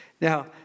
Now